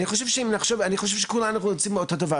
אני חושב שכולנו רוצים את אותו הדבר,